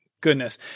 goodness